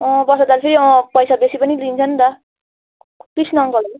अँ वर्षा दादाले फेरि अँ पैसा बेसी पनि लिन्छ पनि त कृष्ण अङ्कलहरू